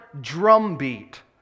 drumbeat